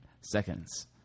Seconds